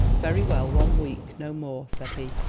very well one week, no more, said he.